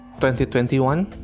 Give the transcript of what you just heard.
2021